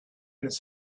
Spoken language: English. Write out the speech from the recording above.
his